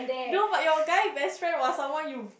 no but your guy best friend was someone you